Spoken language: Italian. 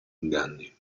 inganni